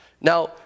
Now